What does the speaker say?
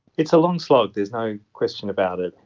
it's a long slog, there's no question about it.